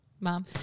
Mom